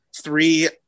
three